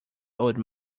old